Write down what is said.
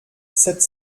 sept